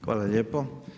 Hvala lijepo.